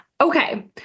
Okay